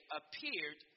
appeared